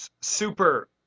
Super